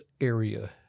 area